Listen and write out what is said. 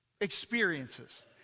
experiences